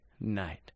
night